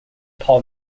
paul